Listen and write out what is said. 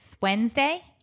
Wednesday